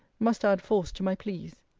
must add force to my pleas.